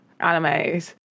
animes